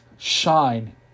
Shine